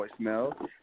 voicemail